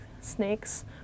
snakes